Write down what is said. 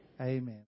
Amen